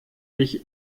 mich